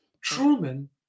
Truman